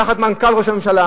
תחת מנכ"ל משרד ראש הממשלה,